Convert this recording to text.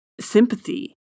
sympathy